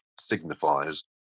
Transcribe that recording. signifies